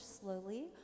slowly